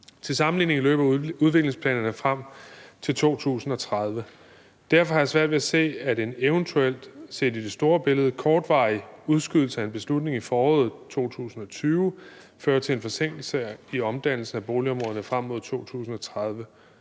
Til sammenligning løber udviklingsplanerne frem til 2030. Derfor har jeg svært ved at se, at en eventuel og – set i det store billede – kortvarig udskydelse af en beslutning i foråret 2020 fører til en forsinkelse i omdannelsen af boligområderne frem mod 2030.